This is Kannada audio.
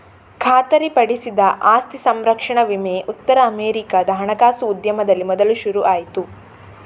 ಖಾತರಿಪಡಿಸಿದ ಆಸ್ತಿ ಸಂರಕ್ಷಣಾ ವಿಮೆ ಉತ್ತರ ಅಮೆರಿಕಾದ ಹಣಕಾಸು ಉದ್ಯಮದಲ್ಲಿ ಮೊದಲು ಶುರು ಆಯ್ತು